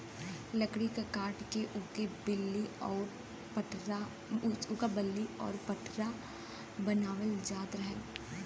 लकड़ी के काट के ओसे बल्ली आउर पटरा बनावल जात रहल